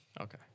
Okay